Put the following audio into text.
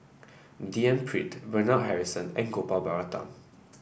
D N Pritt Bernard Harrison and Gopal Baratham